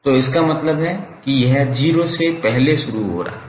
तो इसका मतलब है कि यह 0 से पहले शुरू हो रहा है